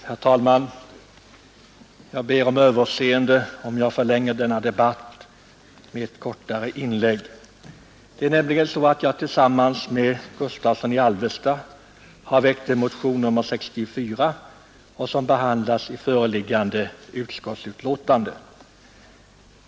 Herr talman! Jag ber om överseende om jag förlänger denna debatt med ett kortare inlägg. Det är nämligen så att jag tillsammans med herr Gustavsson i Alvesta har väckt motionen 64, som behandlas i föreliggande utskottsbetänkande.